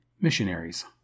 missionaries